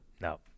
no